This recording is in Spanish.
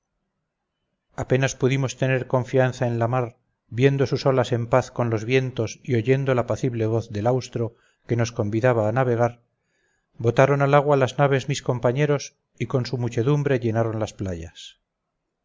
apenas pudimos tener confianza en la mar viendo sus olas en paz con los vientos y oyendo la apacible voz del austro que nos convidaba a navegar botaron al agua las naves mis compañeros y con su muchedumbre llenaron las playas